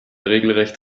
regelrecht